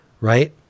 right